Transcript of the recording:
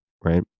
right